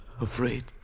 Afraid